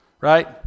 right